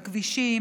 בכבישים,